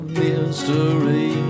mystery